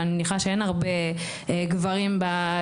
אבל אני מניחה שאין הרבה גברים אצלכם,